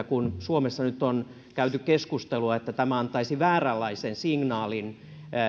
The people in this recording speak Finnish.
kun suomessa nyt on käyty keskustelua että tämä antaisi vääränlaisen signaalin